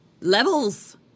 levels